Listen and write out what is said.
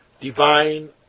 divine